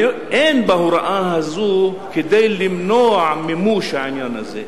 אין בהוראה הזאת כדי למנוע מימוש העניין הזה.